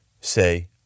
say